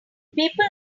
people